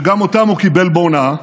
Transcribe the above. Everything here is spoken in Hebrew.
שגם אותם הוא קיבל בהונאה,